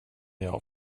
jag